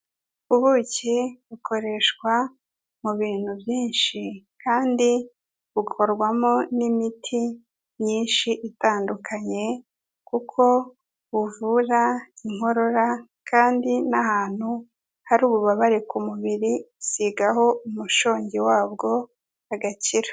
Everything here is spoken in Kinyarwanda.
Ubuki bukoreshwa mu bintu byinshi kandi bukorwamo n'imiti myinshi itandukanye kuko buvura inkorora, kandi n'ahantu hari ububabare ku mubiri usigaho umushongi wabwo hagakira.